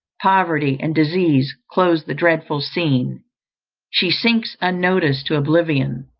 poverty, and disease close the dreadful scene she sinks unnoticed to oblivion.